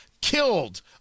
killed